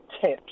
tips